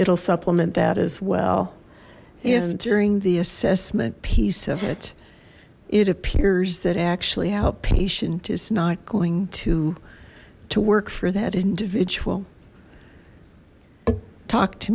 it'll supplement that as well if during the assessment piece of it it appears that actually outpatient is not going to to work for that individual talk to